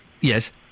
Yes